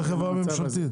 זה חברה ממשלתית.